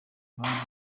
baraye